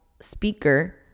speaker